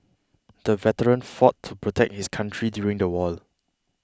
the veteran fought to protect his country during the war